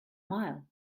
mile